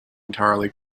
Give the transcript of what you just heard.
entirely